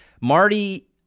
Marty